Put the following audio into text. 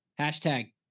hashtag